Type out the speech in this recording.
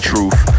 Truth